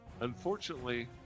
Unfortunately